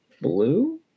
blue